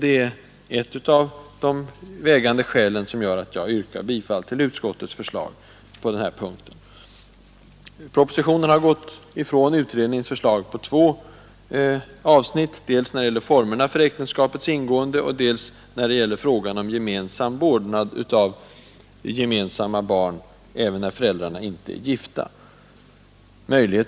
Det är ett av de vägande skälen till att jag yrkar bifall till utskottets förslag på denna punki. Propositionen har gått ifrån utredningens förslag på två avsnitt, dels beträffande formerna för äktenskapets ingående, dels i fråga om möjligheten till gemensam vårdnad av gemensamma barn även när föräldrarna inte är gifta.